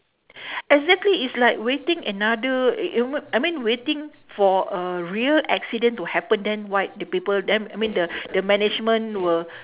exactly is like waiting another you know I mean waiting for a real accident to happen then write the paper them I mean the the management will